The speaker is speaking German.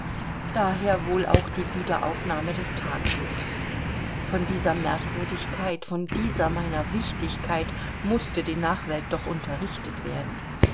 daher wohl auch die wiederaufnahme des tagebuchs von dieser merkwürdigkeit von dieser meiner wichtigkeit mußte die nachwelt doch unterrichtet werden